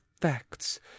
facts